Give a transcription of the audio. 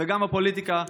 וגם בפוליטיקה.